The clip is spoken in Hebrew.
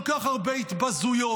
כל כך הרבה התבזויות.